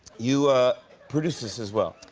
you produced this, as well.